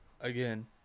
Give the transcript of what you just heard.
Again